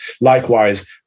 Likewise